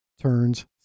turns